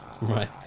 right